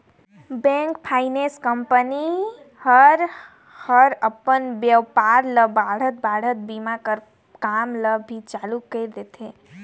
bank, finance company ह हर अपन बेपार ल बढ़ात बढ़ात बीमा के काम ल भी चालू कइर देथे